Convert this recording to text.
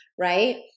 right